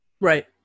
Right